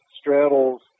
straddles